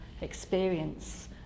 experience